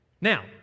Now